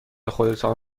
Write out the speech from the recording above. خودتان